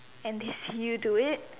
and they see you do it